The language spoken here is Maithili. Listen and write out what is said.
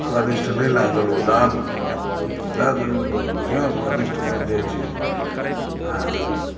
स्वादिष्ट नहि लागल ओ दै दै देलहुँ तऽ बढ़िआँ स्वादिष्ट बनि जाइ छै आर